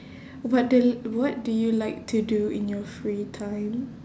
what d~ what do you like to do in your free time